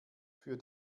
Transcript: für